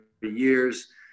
years